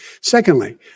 Secondly